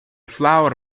flour